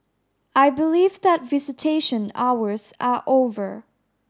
I believe that visitation hours are over